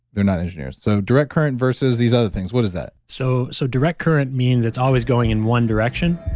they're not engineers. so, direct current versus these other things. what is that? so so direct current means it's always going in one direction